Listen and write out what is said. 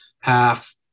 half